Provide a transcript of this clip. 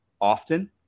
often